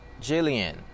Jillian